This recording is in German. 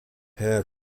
herr